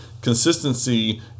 consistency